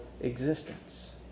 existence